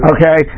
Okay